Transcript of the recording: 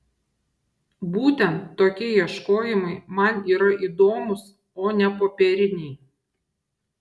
būtent tokie ieškojimai man yra įdomūs o ne popieriniai